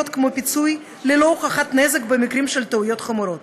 כמו פיצוי ללא הוכחת נזק במקרים של טעויות חמורות